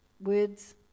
words